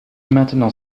maintenant